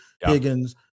Higgins